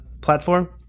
platform